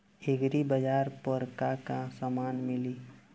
एग्रीबाजार पर का का समान मिली?